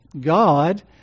God